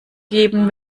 geben